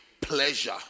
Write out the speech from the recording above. pleasure